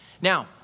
Now